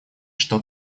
что